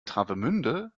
travemünde